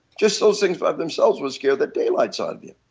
just little things by themselves will scares the daylights ah out of you.